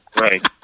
Right